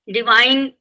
Divine